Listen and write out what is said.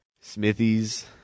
Smithies